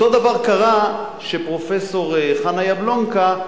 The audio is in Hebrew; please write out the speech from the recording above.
אותו דבר קרה כשפרופסור חנה יבלונקה,